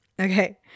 Okay